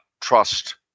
trust